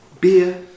beer